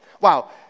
Wow